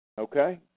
Okay